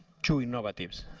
true novatives.